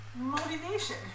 motivation